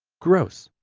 gross.